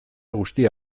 guztia